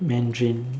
Mandarin